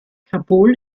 kabul